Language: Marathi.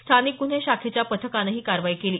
स्थानिक गुन्हे शाखेच्या पथकानं ही कारवाई केली